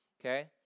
Okay